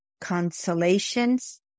consolations